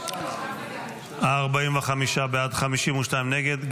45 בעד, 52 נגד.